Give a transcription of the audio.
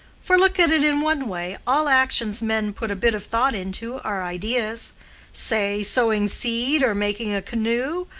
for, look at it in one way, all actions men put a bit of thought into are ideas say, sowing seed, or making a canoe,